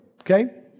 Okay